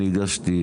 אני הגשתי,